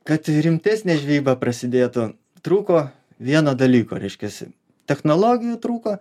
kad rimtesnė žvejyba prasidėtų trūko vieno dalyko reiškiasi technologijų trūko